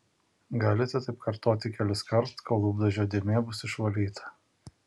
galite taip kartoti keliskart kol lūpdažio dėmė bus išvalyta